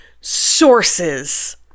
sources